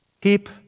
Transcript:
Keep